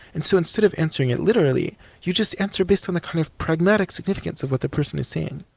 and so instead of answering it literally you just answer based on a kind of pragmatic significance of what that person is saying.